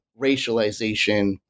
racialization